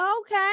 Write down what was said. Okay